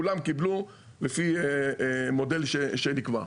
כולם קיבלו לפי אותו מודל שנקבע.